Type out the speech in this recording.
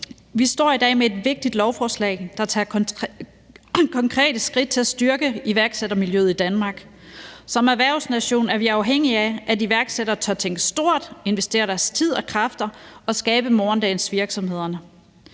Vi står i dag med et vigtigt lovforslag, der tager konkrete skridt til at styrke iværksættermiljøet i Danmark. Som erhvervsnation er vi afhængige af, at iværksættere tør tænke stort, investere deres tid og kræfter og skabe morgendagens virksomheder.